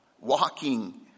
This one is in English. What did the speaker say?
walking